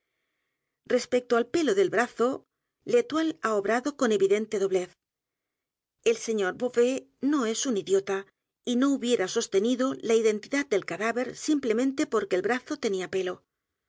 respecto al pelo del brazo vetoile h a obrado oon evidente doblez el sr beauvais nos es un idiota y no hubiera sostenido la identidad del cadáver simp l e m e n t e porque el brazo tenía pelo